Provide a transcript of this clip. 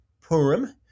Purim